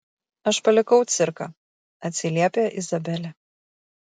aš palikau cirką atsiliepia izabelė